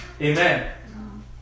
Amen